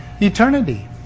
eternity